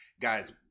guys